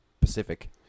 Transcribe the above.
Pacific